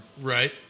right